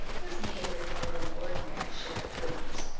has need of a more than ordinary share of prudence,